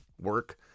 work